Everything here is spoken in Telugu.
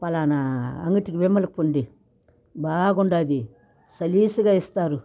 పలానా అంగడి విమల్కి పోండి బాగుంది సలీస్గా ఇస్తారు